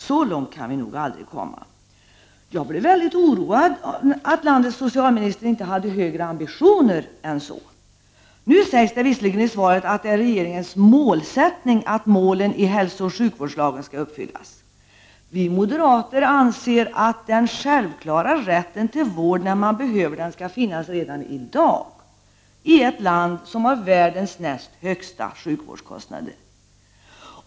Så långt kan vi nog aldrig komma.” Jag blev mycket oroad av att landets socialminister inte hade högre ambitioner än så. Nu sägs det visserligen i svaret att det är regeringens målsättning att målen i hälsooch sjukvårdslagen skall uppfyllas, men vi moderater anser att den självklara rätten till vård när man behöver den skall finnas redan i dag, i ett land som har världens näst högsta sjukvårdskostnader.